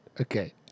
Okay